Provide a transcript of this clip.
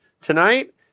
tonight